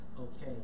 okay